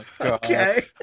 Okay